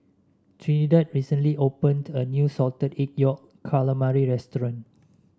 Trinidad recently opened a new Salted Egg Yolk Calamari restaurant